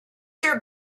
your